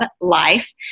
life